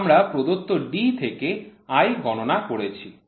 আমরা প্রদত্ত D থেকে i গননা করেছি